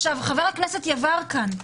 חבר הכנסת יברקן,